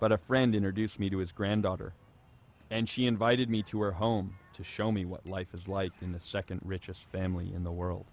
but a friend introduced me to his granddaughter and she invited me to her home to show me what life is like in the second richest family in the world